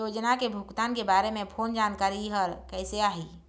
योजना के भुगतान के बारे मे फोन जानकारी हर कइसे आही?